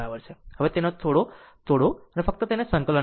હવે તેને તોડો અને ફક્ત તેને સંકલન કરો